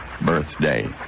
birthday